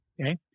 okay